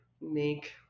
make